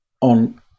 on